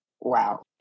Wow